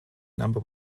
number